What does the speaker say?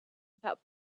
about